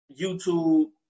YouTube